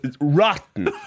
rotten